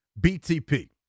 BTP